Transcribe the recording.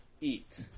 eat